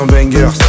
bangers